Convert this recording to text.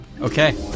Okay